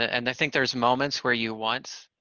and i think there's moments where you want